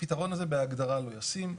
הפתרון הזה בהגדרה לא ישים.